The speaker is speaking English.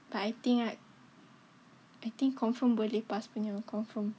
but I think right I think confirm boleh pass punya confirm